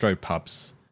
pubs